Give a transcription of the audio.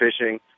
fishing